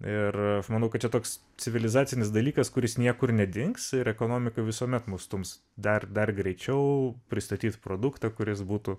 ir aš manau kad čia toks civilizacinis dalykas kuris niekur nedings ir ekonomiką visuomet nustums dar dar greičiau pristatyt produktą kuris būtų